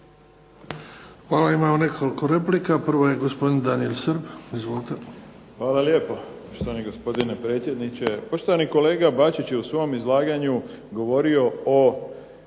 Hvala. Imamo nekoliko replika. Prvo je gospodin Daniel Srb. Izvolite. **Srb, Daniel (HSP)** Hvala lijepo poštovani gospodne predsjedniče. Poštovani kolega Bačić je u svom izlaganju govorio o